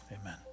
amen